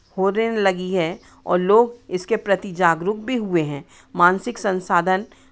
होने लगी है और लोग इसके प्रति जागरुक भी हुए हैं मानसिक संसाधन